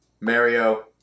Mario